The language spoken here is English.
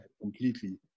completely